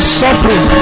suffering